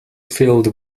filled